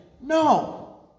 No